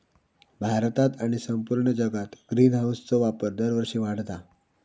भारतात आणि संपूर्ण जगात ग्रीनहाऊसचो वापर दरवर्षी वाढता हा